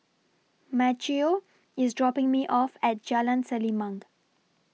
Maceo IS dropping Me off At Jalan Selimang